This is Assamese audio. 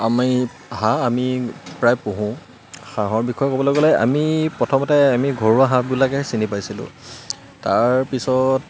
আমি হাঁহ আমি প্ৰায় পুহোঁ হাঁহৰ বিষয়ে ক'বলৈ গ'লে আমি প্ৰথমতে আমি ঘৰুৱা হাঁহবিলাকহে চিনি পাইছিলোঁ তাৰপিছত